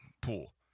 pool